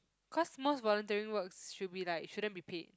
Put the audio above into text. cause most volunteering work should be like shouldn't be paid